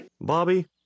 bobby